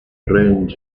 range